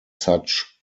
such